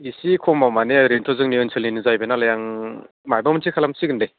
इसि खमाव मानि ओरैन्थ' जोंनि ओनसोलनिनो जाहैबाय नालाय आं मायबा मोनसे खालामसिगोन दे